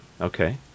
Okay